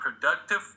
productive